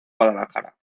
guadalajara